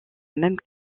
même